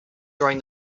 during